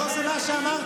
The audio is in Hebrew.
לא זה מה שאמרתי.